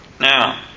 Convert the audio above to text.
Now